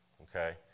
Okay